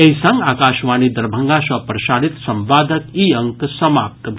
एहि संग आकाशवाणी दरभंगा सँ प्रसारित संवादक ई अंक समाप्त भेल